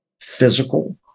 physical